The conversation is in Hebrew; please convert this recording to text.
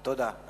תודה.